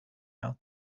out